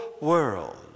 world